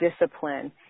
discipline